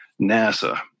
NASA